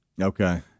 Okay